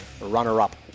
runner-up